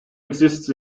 exists